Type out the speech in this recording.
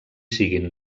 siguin